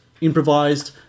improvised